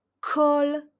call